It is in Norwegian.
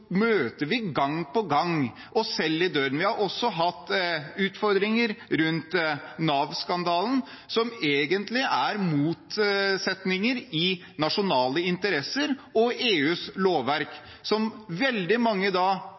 møter vi gang på gang oss selv i døren. Vi har også hatt utfordringer rundt Nav-skandalen, som egentlig er motsetninger mellom nasjonale interesser og EUs lovverk, som veldig mange